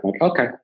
Okay